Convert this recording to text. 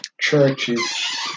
Churches